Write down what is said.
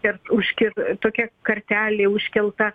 ir užkiv tokia kartelė užkelta